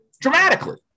dramatically